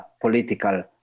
political